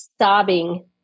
sobbing